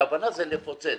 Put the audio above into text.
הכוונה זה לפוצץ.